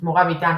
זמורה-ביתן,